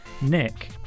nick